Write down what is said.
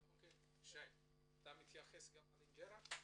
רוצה להתייחס גם לאינג'רה?